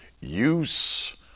use